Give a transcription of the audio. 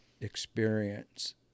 experience